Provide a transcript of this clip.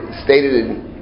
stated